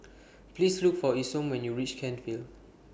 Please Look For Isom when YOU REACH Kent Vale